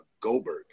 Goldberg